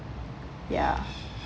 ya